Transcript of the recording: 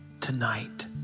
tonight